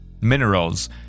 Minerals